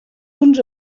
uns